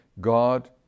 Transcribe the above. God